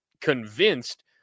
convinced